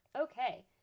Okay